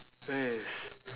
yes